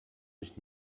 nicht